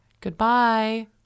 Goodbye